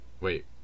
wait